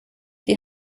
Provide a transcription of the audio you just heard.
die